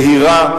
בהירה,